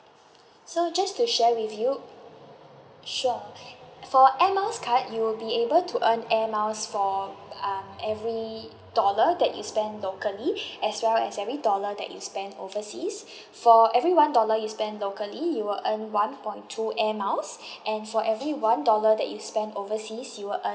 so just to share with you sure for air miles card you will be able to earn air miles for um every dollar that you spent locally as well as every dollar that you spent overseas for every one dollar you spend locally you will earn one point two air miles and for every one dollar that you spend overseas you will earn